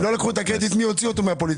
הם לא לקחו את הקרדיט מי הוציא אותו מהפוליטיקה,